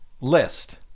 list